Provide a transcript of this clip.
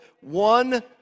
one